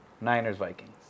Niners-Vikings